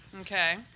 Okay